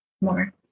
more